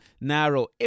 narrow